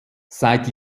seit